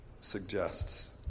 suggests